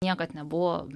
niekad nebuvo